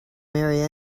marry